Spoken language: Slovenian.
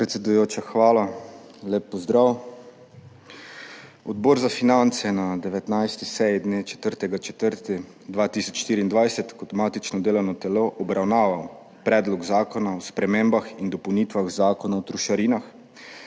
Predsedujoča, hvala. Lep pozdrav! Odbor za finance je na 19. seji dne 4. 4. 2024 kot matično delovno telo obravnaval Predlog zakona o spremembah in dopolnitvah Zakona o trošarinah,